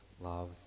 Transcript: love